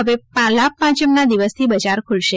હવે લાભપાંચમ ના દિવસથી બજાર ખુલશે